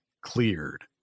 cleared